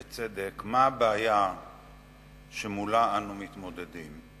בצדק, מה הבעיה שאתה אנו מתמודדים,